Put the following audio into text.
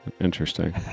interesting